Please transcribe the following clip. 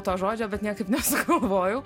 to žodžio bet niekaip nesugalvojau